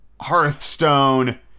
Hearthstone